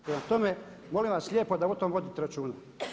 Prema tome, molim vas lijepo da o tome vodite računa.